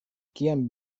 kiam